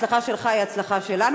ההצלחה שלך היא ההצלחה שלנו,